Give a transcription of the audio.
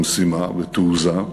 במשימה, ותעוזה,